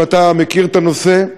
ואתה מכיר את הנושא,